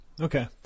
Okay